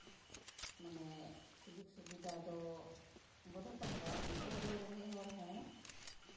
ᱢᱟᱱᱮ ᱥᱩᱡᱳᱜᱽ ᱥᱩᱵᱤᱫᱷᱟ ᱫᱚ ᱵᱟᱹᱱᱩ ᱛᱟᱠᱚᱣᱟ ᱚᱠᱚᱭ ᱫᱚ ᱨᱮᱸᱜᱮᱡ ᱦᱚᱲ ᱦᱚᱸ